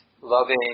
loving